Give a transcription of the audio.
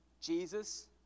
Jesus